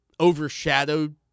overshadowed